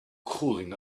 cooling